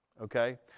okay